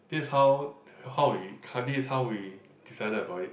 this how how we this how we decided about it